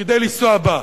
כדי לנסוע בה.